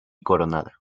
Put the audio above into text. coronada